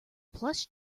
plush